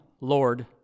Lord